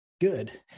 Good